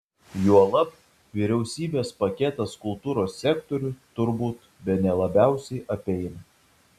juolab vyriausybės paketas kultūros sektorių turbūt bene labiausiai apeina